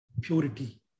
purity